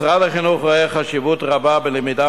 משרד החינוך רואה חשיבות רבה בלמידה